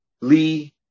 Lee